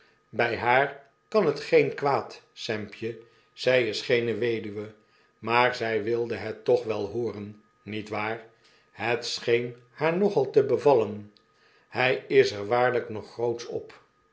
bij haar kan het geen kwaad sampje i zyis geene weduwe maar zy wilde het toch wel hooren niet waar het scheen haar nogal te bevallen hy is er waarlijk nog grootsch op